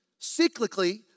cyclically